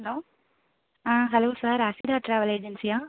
hello ஆ hello sir Asvitha travel ஏஜென்சியா